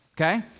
okay